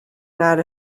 not